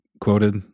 quoted